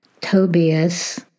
Tobias